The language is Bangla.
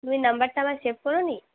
তুমি নাম্বারটা আমার সেভ করোনি